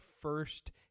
first